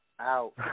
out